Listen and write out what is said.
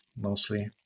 mostly